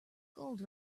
gold